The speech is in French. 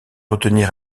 retenir